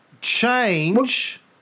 change